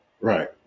Right